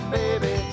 baby